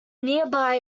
nearby